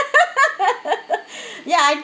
ya I do